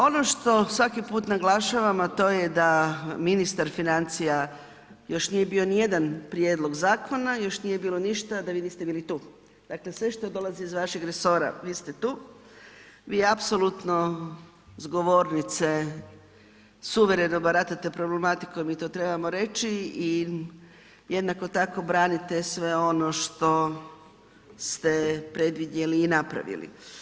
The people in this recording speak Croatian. Ono što svaki put naglašavam a to je da ministar financija još nije bio nijedan prijedlog zakona, još nije bilo ništa da vi niste bili tu, dakle sve što dolazi iz vašeg resora, vi ste tu, vi apsolutno s govornice suvereno baratate problematikom i to trebamo reći i jednako tako branite sve ono što ste predvidjeli i napravili.